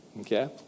Okay